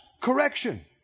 correction